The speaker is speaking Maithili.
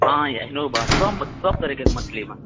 हाँ एहनो बा सभ सभ तरहकेँ मछली बा